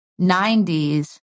90s